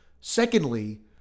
Secondly